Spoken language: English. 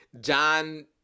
John